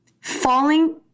falling